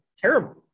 terrible